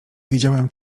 widziałem